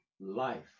life